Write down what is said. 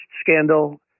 scandal